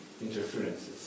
interferences